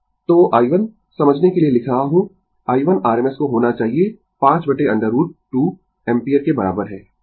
तो i1 समझने के लिए लिख रहा हूँ i1rms को होना चाहिए 5√ 2 एम्पीयर के बराबर है